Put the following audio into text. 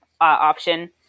option